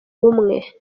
umwe